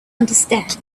understand